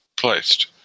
placed